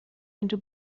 into